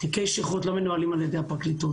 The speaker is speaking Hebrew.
תיקי שכרות לא מנוהלים על ידי הפרקליטות,